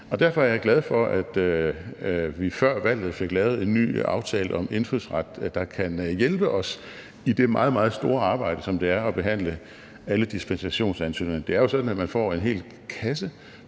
Derfor er jeg glad for, at vi før valget fik lavet en ny aftale om indfødsret, der kan hjælpe os i det meget, meget store arbejde, som det er at behandle alle dispensationsansøgningerne. Det er jo sådan, at man får en hel kasse